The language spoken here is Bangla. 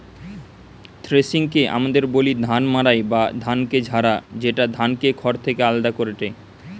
থ্রেশিংকে আমদের বলি ধান মাড়াই বা ধানকে ঝাড়া, যেটা ধানকে খড় থেকে আলদা করেটে